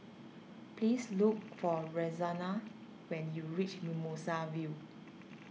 please look for Roxanna when you reach Mimosa View